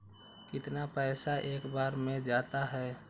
कितना पैसा एक बार में जाता है?